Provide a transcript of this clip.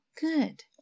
good